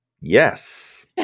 Yes